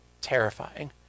terrifying